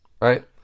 Right